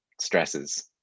stresses